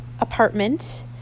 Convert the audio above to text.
apartment